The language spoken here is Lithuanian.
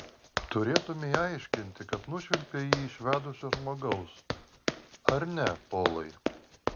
turėtumei aiškinti kad nušvilpei jį iš vedusio žmogaus ar ne polai